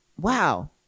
Wow